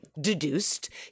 deduced